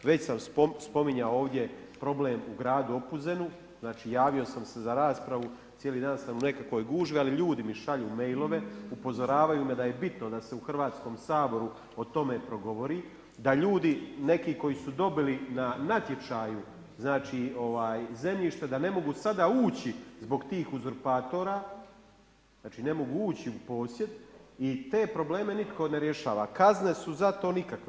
Već sam spominjao ovdje problem u gradu Opuzenu, znači javio sam se za raspravu, cijeli dan sam u nekakvoj gužvi, ali ljudi mi šalju mailove, upozoravaju me da je bitno da se u Hrvatskom saboru o tome progovori, da ljudi neki koji su dobili na natječaju zemljište ne mogu sada ući zbog tih uzurpatora, ne mogu ući u posjed i te probleme nitko ne rješava, kazne su za to nikakve.